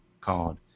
card